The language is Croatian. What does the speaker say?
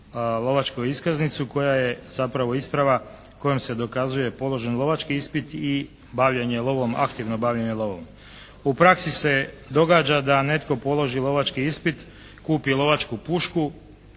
lovačku iskaznicu koja je zapravo isprava kojom se dokazuje položen lovački ispit i bavljenje lovom, aktivno bavljenje lovom. U praksi se događa da netko položi lovački ispit, kupi lovačku pušku,